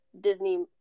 Disney